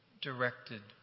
directed